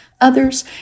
others